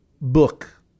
book